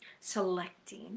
Selecting